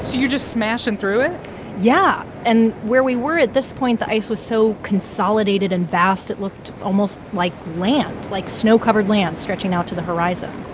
you're just smashing through it yeah. and where we were at this point, the ice was so consolidated and vast, it looked almost like land, like snow-covered land stretching out to the horizon